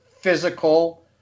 physical